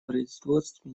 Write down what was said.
производстве